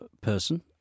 person